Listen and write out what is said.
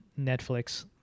Netflix